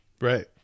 Right